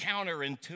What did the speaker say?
counterintuitive